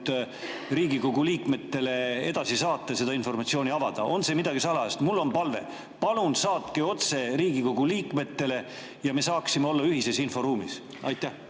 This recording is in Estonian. Riigikogu liikmetele edasi saata, seda informatsiooni avada? On see midagi salajast? Mul on palve: palun saatke see otse Riigikogu liikmetele, et me saaksime olla ühises inforuumis! Aitäh,